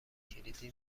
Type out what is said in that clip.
کلیدی